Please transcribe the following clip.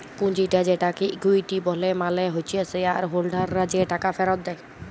পুঁজিটা যেটাকে ইকুইটি ব্যলে মালে হচ্যে শেয়ার হোল্ডাররা যে টাকা ফেরত দেয়